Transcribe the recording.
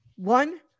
one